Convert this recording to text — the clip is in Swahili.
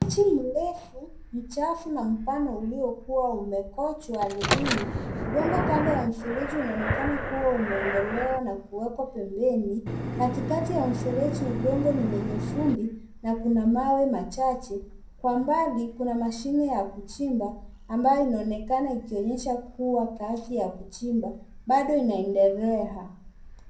Mji mrefu, mchafu na mpana uliokuwa umekochwa ardhini. Udongo kando ya mfereji unaonekana kuwa umeondolewa na kuwekwa pembeni. Katikati ya mfereji udongo ni wenye vumbi na kuna mawe machache. Kwa mbali kuna mashine ya kuchimba ambayo inaonekana ikionyesha kuwa kazi ya kuchimba bado inaendelea.